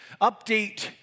update